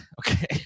okay